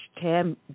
Tam